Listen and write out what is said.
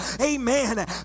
Amen